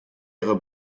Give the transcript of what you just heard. ihre